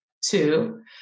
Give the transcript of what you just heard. Two